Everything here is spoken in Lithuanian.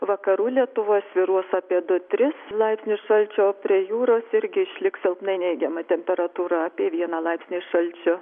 vakarų lietuvoj svyruos apie du tris laipsnius šalčio o prie jūros irgi išliks silpnai neigiama temperatūra apie vieną laipsnį šalčio